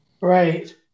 Right